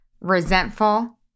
resentful